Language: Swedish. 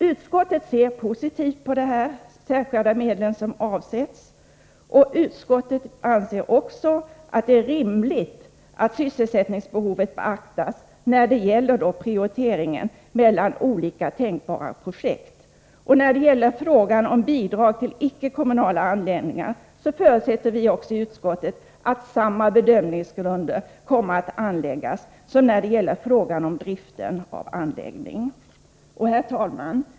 Utskottet ser positivt på att särskilda medel avsätts, utskottet anser också att det är rimligt att sysselsättningsbehovet beaktas när det gäller prioritering mellan olika tänkbara projekt. Beträffande bidrag till icke kommunala anläggningar förutsätter vi i utskottet att samma bedömningsgrund kommer att anläggas som i fråga om drift av anläggning. Herr talman!